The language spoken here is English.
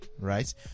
Right